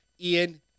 Ian